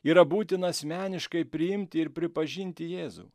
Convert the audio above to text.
yra būtina asmeniškai priimti ir pripažinti jėzų